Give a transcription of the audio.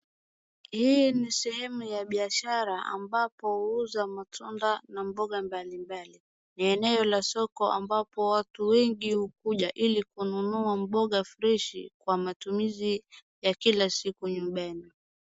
Hii ni sehemu ya biashara ambapo huuza matunda na mboga mbalimbali. Ni eneo la soko ambapo watu wengi hukuja ili kununua mboga freshi kwa matumizi ya kila siku nyumbani.